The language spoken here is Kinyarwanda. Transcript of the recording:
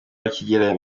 bakigera